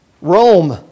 Rome